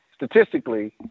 Statistically